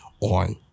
on